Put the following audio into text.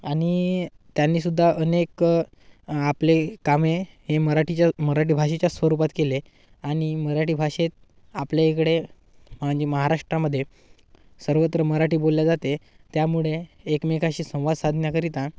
आणि त्यांनी सुद्धा अनेक आपले कामे हे मराठीच्या मराठी भाषेच्या स्वरूपात केले आणि मराठी भाषेत आपल्या इकडे म्हणजे महाराष्ट्रामध्य सर्वत्र मराठी बोलली जाते त्यामुळे एकमेकाशी संवाद साधण्याकरिता